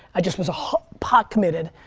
i just was a whole pot committed.